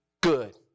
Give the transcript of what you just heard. good